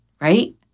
right